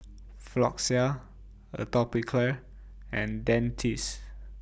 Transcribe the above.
Floxia Atopiclair and Dentiste